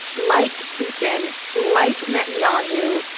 like putin, like netanyahu,